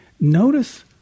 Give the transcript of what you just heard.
notice